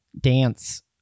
dance